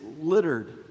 littered